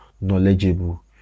knowledgeable